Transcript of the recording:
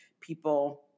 people –